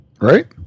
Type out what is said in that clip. Right